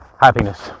happiness